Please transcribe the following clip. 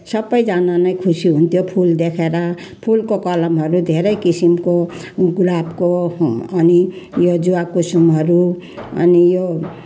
सबैजना नै खुसी हुन्थ्यौँ फुल देखेर फुलको कलमहरू धेरै किसिमको गुलाबको अनि यो जवाकुसुमहरू अनि यो